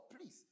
Please